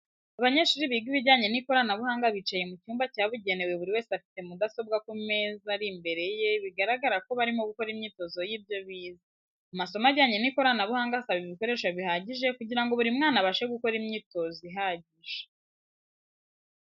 Abanyeshuri biga ibijyanye n'ikoranabuhanga bicaye mu cyumba cyabugenewe buri wese afite mudasobwa ku meza ari imbere ye bigaragara ko barimo gukora imyitozo y'ibyo bize, Amasomo ajyanye n'ikoranabuhanga asaba ibikoreso bihagije kugirango buri mwana abashe gukora imyitozo ihagije.